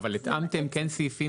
מאחר וברכב עצמאי אין נהג